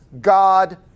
God